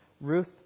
Ruth